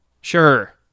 Sure